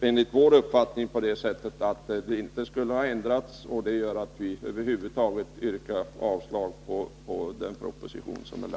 Enligt vår uppfattning borde det inte bli någon ändring, vilket gör att vi yrkar avslag på propositionen.